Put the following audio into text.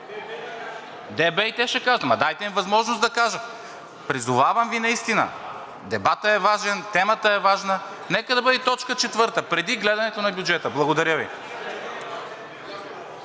и те ще кажат, но дайте им възможност да кажат. Призовавам Ви наистина, дебатът е важен, темата е важна, нека да бъде т. 4 – преди гледането на бюджета. Благодаря Ви.